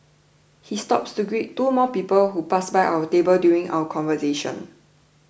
he stops to greet two more people who pass by our table during our conversation